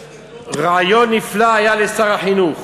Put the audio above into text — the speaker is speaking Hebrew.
רעיון נפלא היה לשר החינוך,